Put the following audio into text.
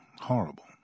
Horrible